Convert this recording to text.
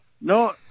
No